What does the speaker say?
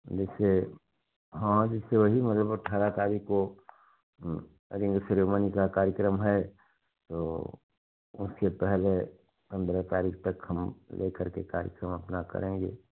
जैसे हाँ जैसे वही मतलब अट्ठारह तारीख़ को रिंग शिरोमणि का कार्यक्रम है तो उसके पहले पंद्रह तारीख़ तक हम लेकर के कार्यक्रम अपना करेंगे